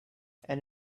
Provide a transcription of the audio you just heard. and